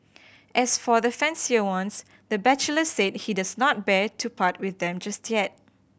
as for the fancier ones the bachelor said he does not bear to part with them just yet